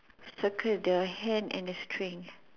circle the hand and the string